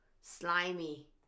slimy